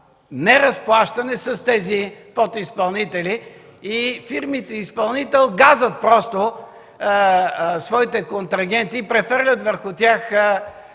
неразплащане с тези подизпълнители. Фирмите-изпълнители просто газят своите контрагенти и прехвърлят върху тях